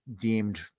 deemed